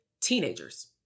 teenagers